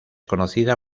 conocida